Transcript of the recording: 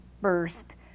burst